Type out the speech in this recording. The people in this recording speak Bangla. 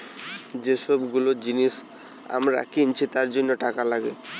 যে সব গুলো জিনিস আমরা কিনছি তার জন্য টাকা লাগে